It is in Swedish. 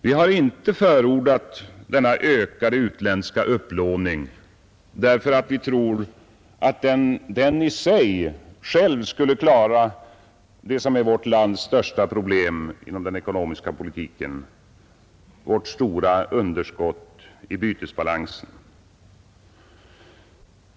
Vi har inte förordat denna ökade utländska upplåning därför att vi tror att den i sig själv skulle klara av det som är vårt lands största problem inom den ekonomiska politiken — det stora underskottet i bytesbalansen.